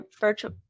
virtual